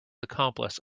accomplice